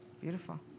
beautiful